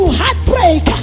heartbreak